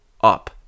up